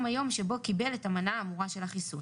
היום שבו קיבל את המנה האמורה של החיסון,